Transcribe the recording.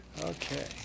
Okay